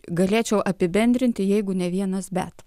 galėčiau apibendrinti jeigu ne vienas bet